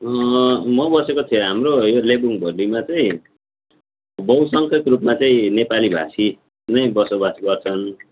म बसेको चाहिँ हाम्रो यो लेबोङ भेलीमा चाहिँ बहुसङ्ख्यक रूपमा चाहिँ नेपालीभाषी नै बसोबास गर्छन्